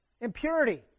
Impurity